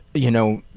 you know,